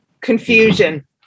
Confusion